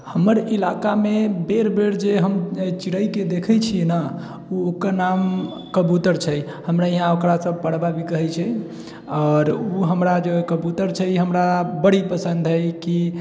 हमर इलाकामे बेर बेर जे हम चिड़ैके देखै छी न ओ ओकर नाम कबूतर छै हमरा इहा ओकरा सब पड़वा भी कहै छै आओर ओ हमरा जे कबूतर छै ई हमरा बड़ी पसन्द है कि